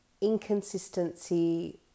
inconsistency